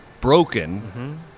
broken